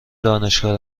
دانشگاه